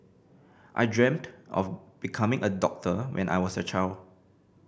I dreamt of becoming a doctor when I was a child